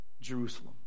Jerusalem